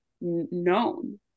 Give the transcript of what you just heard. known